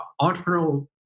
entrepreneurial